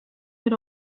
had